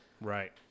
right